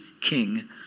king